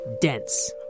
Dense